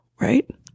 right